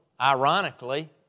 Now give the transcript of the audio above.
ironically